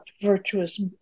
virtuous